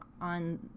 on